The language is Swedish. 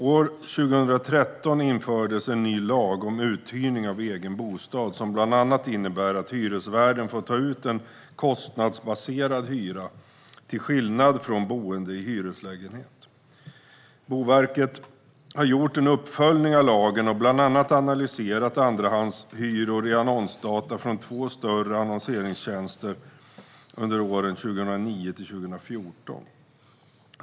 År 2013 infördes en ny lag om uthyrning av egen bostad som bland annat innebär att hyresvärden får ta ut en kostnadsbaserad hyra till skillnad från boende i hyreslägenhet. Boverket har gjort en uppföljning av lagen och bland annat analyserat andrahandshyror i annonsdata från två större annonseringstjänster under åren 2009-2014.